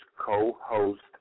co-host